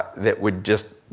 that would just,